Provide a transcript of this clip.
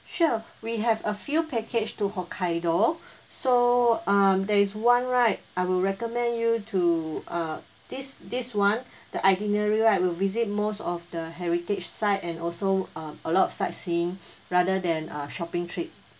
sure we have a few package to hokkaido so um there is one right I will recommend you to uh this this one the itinerary right will visit most of the heritage site and also um a lot of sightseeing rather than uh shopping trip